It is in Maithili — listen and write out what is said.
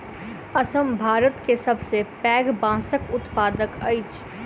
असम भारत के सबसे पैघ बांसक उत्पादक अछि